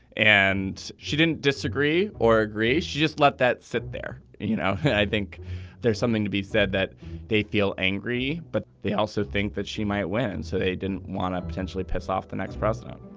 and she didn't disagree or agree she just let that sit there. you know i think there's something to be said that they feel angry but they also think that she might win. so they didn't want to potentially piss off the next president.